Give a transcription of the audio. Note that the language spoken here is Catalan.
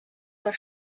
per